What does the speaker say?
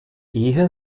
ehe